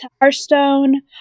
Hearthstone